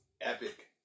Epic